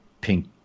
pink